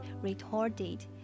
retorted